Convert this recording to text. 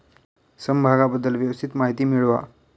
समभागाबद्दल व्यवस्थित माहिती मिळवा